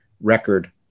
record